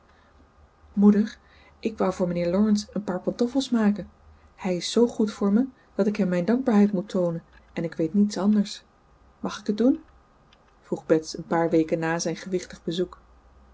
moeder ik wou voor mijnheer laurence een paar pantoffels maken hij is zoo goed voor me dat ik hem mijn dankbaarheid moet toonen en ik weet niets anders mag ik het doen vroeg bets een paar weken na zijn gewichtig bezoek